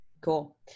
Cool